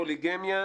שהפוליגמיה,